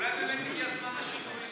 אולי באמת הגיע הזמן לשינוי,